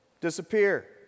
disappear